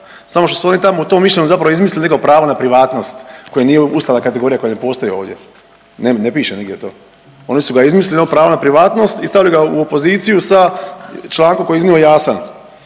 samo što su oni tamo u tom mišljenju zapravo izmislili neko pravo na privatnost koja nije ustavna kategorija, koja ne postoji ovdje, ne, ne piše nigdje to. Oni su ga izmislili da imamo pravo na privatnost i stavili ga u opoziciju sa člankom koji je iznimno jasan.